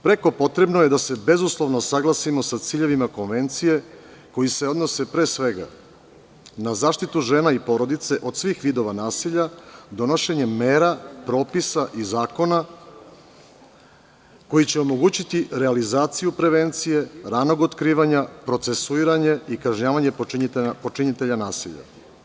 Preko potrebno je da se bezuslovno usaglasimo sa ciljevima konvencije koji se odnose pre svega na zaštitu žena i porodice od svih vidova nasilja, donošenjem mera, propisa i zakona koji će omogućiti realizaciju prevencije, ranog otkrivanja, procesuiranje i kažnjavanje počinitelja nasilja.